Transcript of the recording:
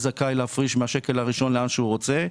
זכאי להפריש מהשקל הראשון לאן שהוא רוצה.